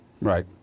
Right